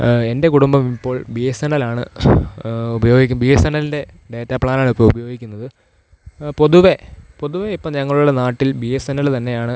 എൻ്റെ കുടുംബം ഇപ്പോൾ ബി എസ് എന്നിലാണ് ഉപയോഗിക്കും ബി എസ് എൻ എൽൻ്റെ ഡേറ്റ പ്ലാനാണിപ്പോൾ ഉപയോഗിക്കുന്നത് പൊതുവെ പൊതുവെ ഇപ്പം ഞങ്ങളുടെ നാട്ടിൽ ബി എസ് എന്നൽ തന്നെയാണ്